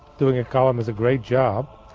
doing a column is a great job.